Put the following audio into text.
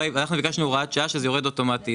אנחנו ביקשנו הוראת שעה שזה יורד אוטומטית.